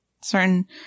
Certain